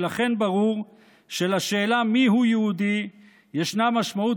ולכן ברור שלשאלה מיהו יהודי ישנה משמעות